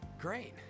Great